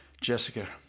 jessica